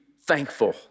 thankful